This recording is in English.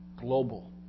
global